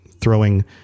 throwing